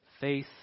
faith